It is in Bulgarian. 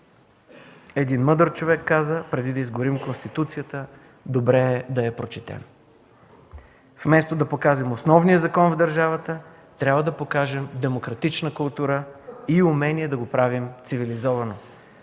Един мъдър човек каза: „Преди да изгорим Конституцията, добре е да я прочетем”. Вместо да погазим основния закон в държавата, трябва да покажем демократична култура и умение да го правим цивилизовано,